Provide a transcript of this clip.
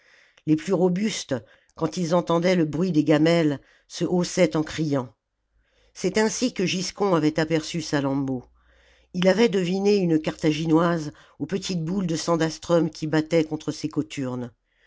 les plus robustes quand ils entendaient le bruit des gamelles se haussaient en criant c'est ainsi que giscon avait aperçu salammbô ii avait deviné une carthaginoise aux petites boules de sandastrum qui battaient contre ses cothurnes